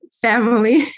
family